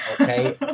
okay